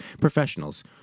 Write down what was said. professionals